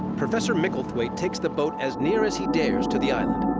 professor micklethwaite takes the boat as near as he dares to the island,